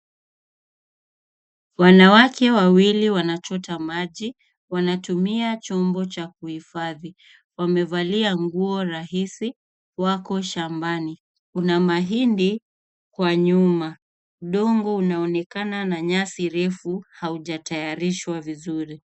Wanawake wawili wanachota maji. Wanatumia chombo cha kuhifadhi. Wamevalia nguo rahisi. Wako shambani. Kuna mahindi kwa nyuma. Udongo unaonekana na nyasi refu hauja tayarishwa vizuri.